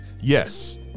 Yes